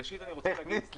ראשית, אני רוצה להגיד,